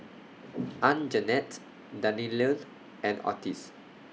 Anjanette Dannielle and Otis